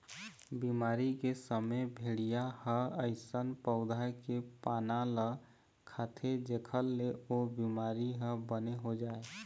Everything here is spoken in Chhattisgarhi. बिमारी के समे भेड़िया ह अइसन पउधा के पाना ल खाथे जेखर ले ओ बिमारी ह बने हो जाए